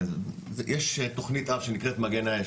יש תכנית אב שנקראת מגן האש,